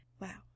Wow